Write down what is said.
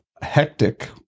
Hectic